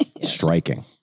Striking